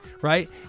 right